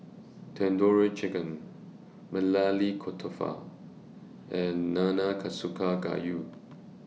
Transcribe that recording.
Tandoori Chicken Maili Kofta and Nanakusa Gayu